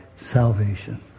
salvation